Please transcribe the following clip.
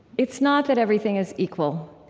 it's not that everything is equal,